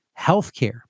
healthcare